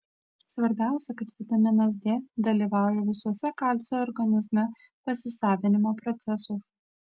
svarbiausia kad vitaminas d dalyvauja visuose kalcio organizme pasisavinimo procesuose